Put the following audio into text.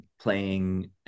playing